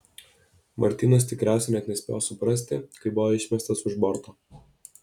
martynas tikriausiai net nespėjo suprasti kai buvo išmestas už borto